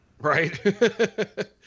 Right